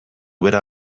bera